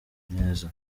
neza